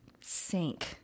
sink